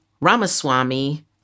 Ramaswamy